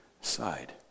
side